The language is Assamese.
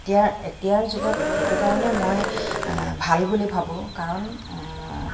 এতিয়াৰ এতিয়াৰ যুগত এইটো কাৰণে মই ভাল বুলি ভাবোঁ কাৰণ